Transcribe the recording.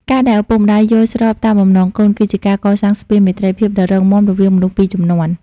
ការដែលឪពុកម្ដាយយល់ស្របតាមបំណងកូន គឺជាការកសាងស្ពានមេត្រីភាពដ៏រឹងមាំរវាងមនុស្សពីរជំនាន់។